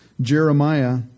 Jeremiah